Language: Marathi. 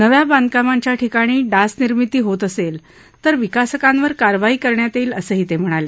नव्या बांधकामांच्या ठिकाणी डास निर्मिती होत असेल तर विकासकांवर कारवाई करण्यात येईल असंही यावेळी ते म्हणाले